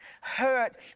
Hurt